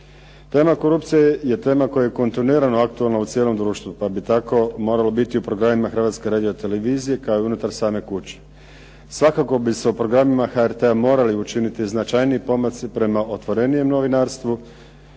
Tema korupcije je tema koja je kontinuirano aktualna u cijelom društvu pa bi tako moralo biti u programima Hrvatske radio-televizije kao i unutar same kuće. Svakako bi se o programima HRT-a morali učiniti značajniji pomaci prema otvorenijem novinarstvu